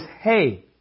hey